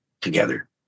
together